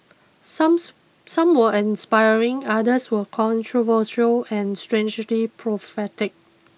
somes some were inspiring others were controversial and strangely prophetic